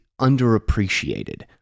underappreciated